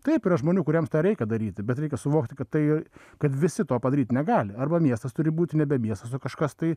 taip yra žmonių kuriems tą reikia daryti bet reikia suvokti kad tai kad visi to padaryti negali arba miestas turi būti nebe miestas o kažkas tai